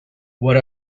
what